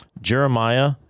Jeremiah